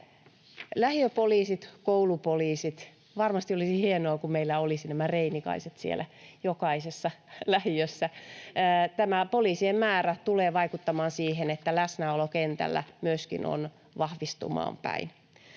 Lähiöpoliisit, koulupoliisit — varmasti olisi hienoa, kun meillä olisi nämä reinikaiset siellä jokaisessa lähiössä. Poliisien määrä tulee vaikuttamaan siihen, että läsnäolo kentällä myöskin on vahvistumaan päin.